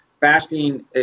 fasting